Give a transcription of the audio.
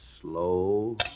slow